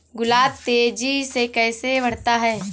गुलाब तेजी से कैसे बढ़ता है?